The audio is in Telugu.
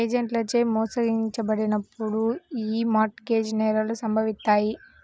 ఏజెంట్లచే మోసగించబడినప్పుడు యీ మార్ట్ గేజ్ నేరాలు సంభవిత్తాయి